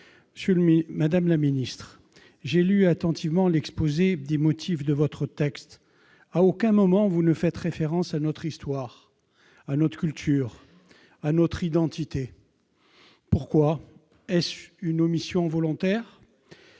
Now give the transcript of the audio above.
Madame la ministre, j'ai lu attentivement l'exposé des motifs de votre texte. À aucun moment, vous ne faites référence à notre histoire, à notre culture, à notre identité. Pourquoi ? Est-ce une omission volontaire ?